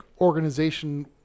organization